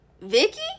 Vicky